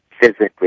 physically